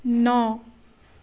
ন